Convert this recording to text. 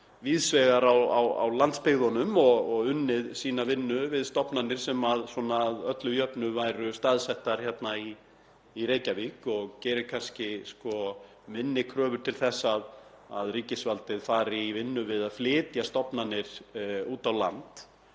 víðs vegar á landsbyggðunum og unnið sína vinnu við stofnanir sem að öllu jöfnu væru staðsettar hér í Reykjavík. Það gerir kannski minni kröfur til þess að ríkisvaldið fari í vinnu við að flytja stofnanir út á land